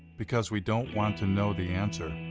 because we don't want to know the answer?